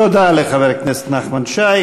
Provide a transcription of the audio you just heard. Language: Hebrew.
תודה לחבר הכנסת נחמן שי.